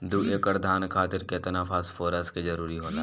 दु एकड़ धान खातिर केतना फास्फोरस के जरूरी होला?